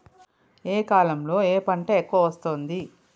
ఏ కాలంలో ఏ పంట ఎక్కువ వస్తోంది?